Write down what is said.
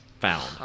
found